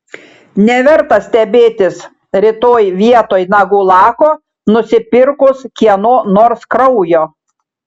neverta stebėtis rytoj vietoj nagų lako nusipirkus kieno nors kraujo